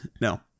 No